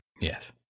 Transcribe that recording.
Yes